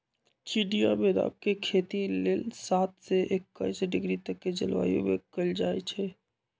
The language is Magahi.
चिनियाँ बेदाम के खेती लेल सात से एकइस डिग्री तक के जलवायु में कएल जाइ छइ